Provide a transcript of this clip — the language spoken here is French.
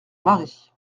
mari